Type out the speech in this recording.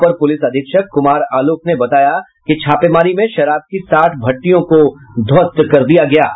अपर police अधीक्षक कुमार आलोक ने बताया कि छापेमारी में शराब की साठ भटिठयों को ध्वस्त किया गया है